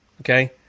okay